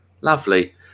Lovely